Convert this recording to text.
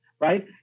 right